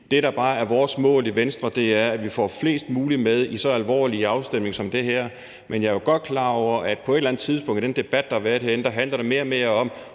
Det, der bare er vores mål i Venstre, er, at vi får flest mulige med i så alvorlige afstemninger som det her, men jeg er jo godt klar over, at på et eller andet tidspunkt i den debat, der har været herinde, handler det mere og mere om,